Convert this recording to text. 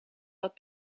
dat